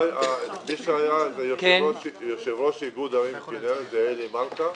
מי שהיה אז יושב-ראש איגוד ערים כנסת זה אלי מלכה,